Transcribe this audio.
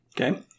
Okay